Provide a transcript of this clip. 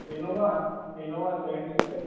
Innova Innova seven seater